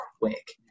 quick